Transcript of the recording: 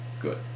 good